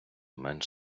менш